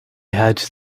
had